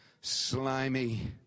slimy